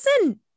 listen